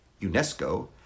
UNESCO